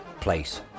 place